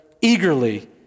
eagerly